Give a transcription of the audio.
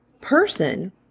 person